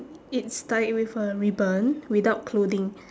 it's tied with a ribbon without clothing